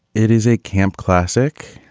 it is a camp classic.